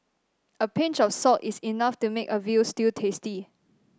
a pinch of salt is enough to make a veal stew tasty